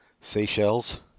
Seychelles